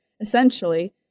essentially